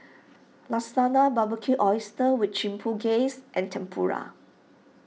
Lasagna Barbecued Oysters with Chipotle Glaze and Tempura